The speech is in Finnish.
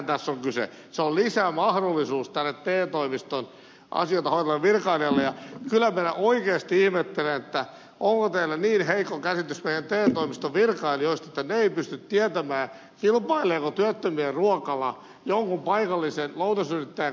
se on lisämahdollisuus tänne te toimiston asioita hoitavalle virkailijalle ja kyllä minä oikeasti ihmettelen onko teillä niin heikko käsitys meidän te toimiston virkailijoista että he eivät pysty tietämään kilpaileeko työttömien ruokala jonkun paikallisen lounasyrittäjän kanssa vai ei